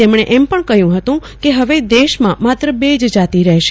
તેમણે એમ પણ કહયું હત કે હવે દેશમા માત્ર બ જ જાતિ રહેશે